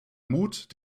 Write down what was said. mut